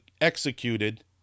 executed